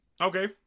Okay